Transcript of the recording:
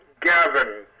Gavin